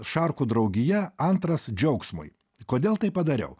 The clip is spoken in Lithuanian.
šarkų draugija antras džiaugsmui kodėl taip padariau